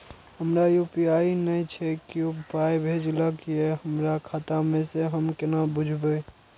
हमरा यू.पी.आई नय छै कियो पाय भेजलक यै हमरा खाता मे से हम केना बुझबै?